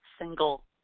single